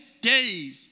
days